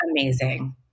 amazing